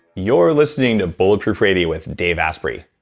you're listening to bulletproof radio with dave asprey.